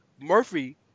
Murphy